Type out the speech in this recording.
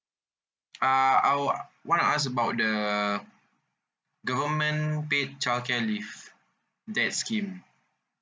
uh I would want to ask about the government paid child care leave that scheme